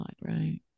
Right